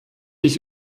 ich